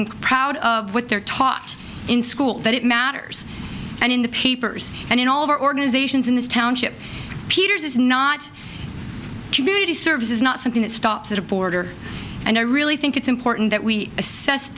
community proud of what they're taught in school that it matters and in the papers and in all of our organizations in this township peters is not community service is not something that stops at a border and i really think it's important that we assess